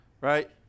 Right